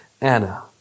Anna